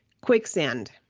quicksand